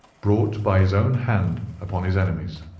brought by his own hand upon his enemies.